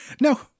No